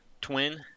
twin